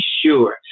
sure